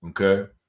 okay